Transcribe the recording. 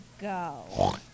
go